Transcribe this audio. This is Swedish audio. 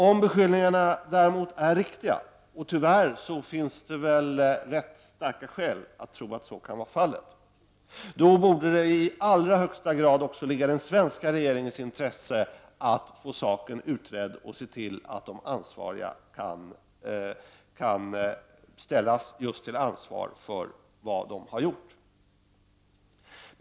Om beskyllningarna däremot är riktiga, och tyvärr finns det ganska starka skäl att tro att så kan vara fallet, borde det i allra högsta grad ligga i den svenska regeringens intresse att få saken utredd och att se till att de ansvariga ställs till ansvar för vad de har gjort.